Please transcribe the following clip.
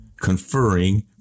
conferring